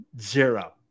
zero